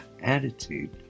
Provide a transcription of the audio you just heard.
attitude